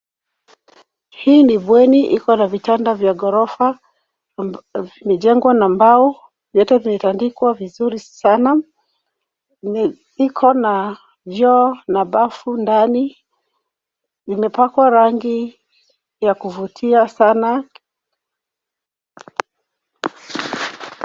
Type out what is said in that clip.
Hii ni bweni iko na vitanda vya ghorofa vimejengwa na mbao . Vyote vimetandikwa vizuri sana . Iko na choo na bafu ndani . Imepakwa rangi ya kuvutia sana.